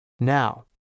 now